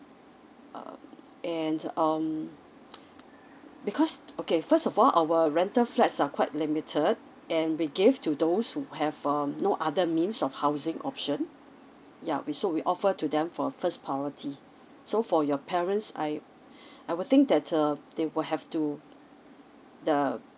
um and um because okay first of all our rental flats are quite limited and we give to those who have um no other means of housing option ya we so we offer to them for first priority so for your parents I I will think that uh they will have to the